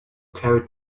carried